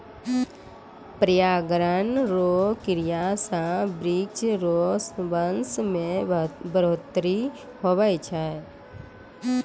परागण रो क्रिया से वृक्ष रो वंश मे बढ़ौतरी हुवै छै